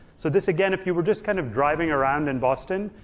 so this again if you were just kind of driving around in boston,